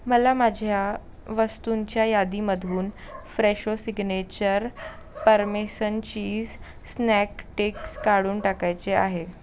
मला माझ्या वस्तूंच्या यादीमधून Fresho signature parmesan cheese snack sticks काढून टाकायचे आहे